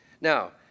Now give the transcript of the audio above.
Now